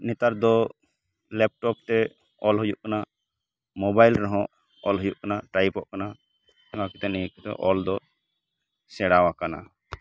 ᱱᱮᱛᱟᱨ ᱫᱚ ᱞᱮᱯᱴᱚᱯ ᱛᱮ ᱚᱞ ᱦᱩᱭᱩᱜ ᱠᱟᱱᱟ ᱢᱚᱵᱟᱭᱤᱞ ᱨᱮᱦᱚᱸ ᱚᱞ ᱦᱩᱭᱩᱜ ᱠᱟᱱᱟ ᱴᱟᱭᱤᱯ ᱚᱜ ᱠᱟᱱᱟ ᱚᱱᱟ ᱠᱟᱛᱮ ᱱᱤᱭᱟᱹ ᱠᱚᱛᱮ ᱚᱞᱫᱚ ᱥᱮᱬᱟᱣ ᱟᱠᱟᱱᱟ